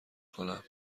کنم